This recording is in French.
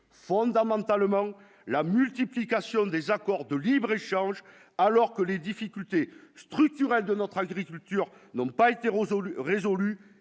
fondamentalement, la multiplication des accords de libre-échange, alors que les difficultés structurelles de notre agriculture n'ont pas été Rosol